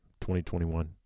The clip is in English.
2021